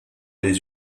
les